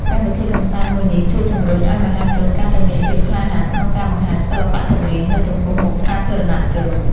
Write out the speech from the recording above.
កម្មវិធីកម្សាន្តមួយនេះជួយជម្រុញឱ្យមហាជនកាន់តែមានភាពក្លាហានក្នុងការបង្ហាញសិល្បៈចម្រៀងនៅចំពោះមុខសាធារណជន។